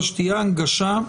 אבל שתהיה הנגשה.